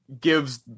gives